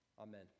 Amen